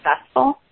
successful